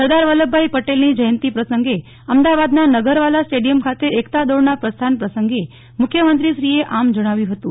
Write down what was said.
સરદાર વલ્લભભાઈ પટેલની જયંતી પ્રસંગે અમદાવાદના નગરવાલા સ્ટેડીયમ ખાતે એકતા દોડના પ્રસ્થાન પ્રંસગે મુખ્યમંત્રીશ્રી આમ જણાવ્યુ હતું